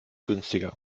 günstiger